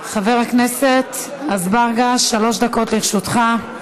חבר הכנסת אזברגה, שלוש דקות לרשותך,